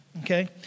okay